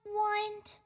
want